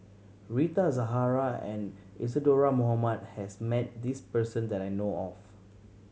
Rita Zahara and Isadhora Mohamed has met this person that I know of